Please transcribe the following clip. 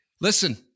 Listen